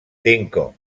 cinco